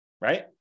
Right